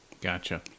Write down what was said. Gotcha